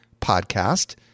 podcast